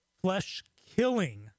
flesh-killing